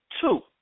Two